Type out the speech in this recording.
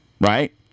right